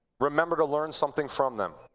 remember to learn something from them.